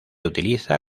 utiliza